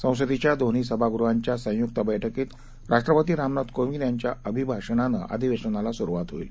संसदेच्या दोन्ही सभागृहांच्या संयुक्त बैठकीत राष्ट्रपती रामनाथ कोविंद यांच्या अभिभाषणानं अधिवेशनाला सुरुवात होईल